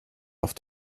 auf